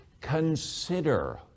consider